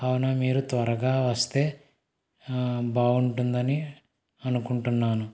కావున మీరు త్వరగా వస్తే బాగుంటుందని అనుకుంటున్నాను